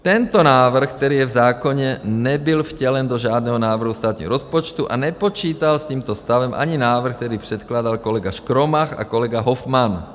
Tento návrh, který je v zákoně, nebyl vtělen do žádného návrhu státního rozpočtu a nepočítal s tímto stavem ani návrh, který předkládal kolega Škromach a kolega Hofman.